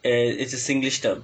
uh it's a singlish term